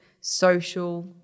social